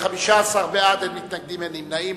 14 בעד, אין מתנגדים, אין נמנעים.